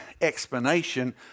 explanation